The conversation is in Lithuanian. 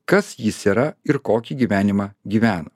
kas jis yra ir kokį gyvenimą gyvena